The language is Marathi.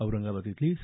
औरंगाबाद इथली स